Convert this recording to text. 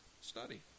Study